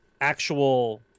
actual